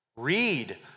Read